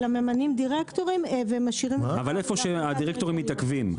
אלא ממנים דירקטורים ומשאירים --- אבל איפה שהדירקטורים מתעכבים,